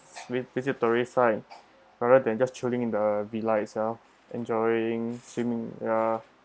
we visit tourist site rather than just chilling in the villa itself enjoying swimming ya